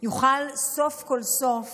נוכל סוף כל סוף